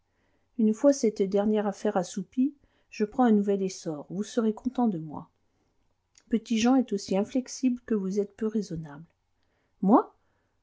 une fois cette dernière affaire assoupie je prends un nouvel essor vous serez content de moi petit-jean est aussi inflexible que vous êtes peu raisonnable moi